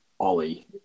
Ollie